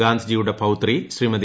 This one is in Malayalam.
ഗാന്ധിജിയുടെ പൌത്രി ശ്രീമതി